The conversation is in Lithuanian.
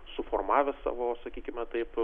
suformavę savo sakykime taip